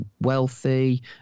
wealthy